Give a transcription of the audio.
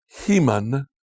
Heman